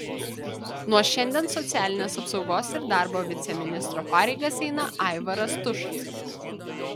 nuo šiandien socialinės apsaugos ir darbo viceministro pareigas eina aivaras tušas